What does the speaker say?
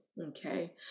Okay